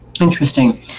Interesting